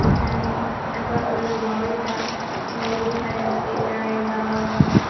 and i got really worried that maybe if i didn't sleep very well,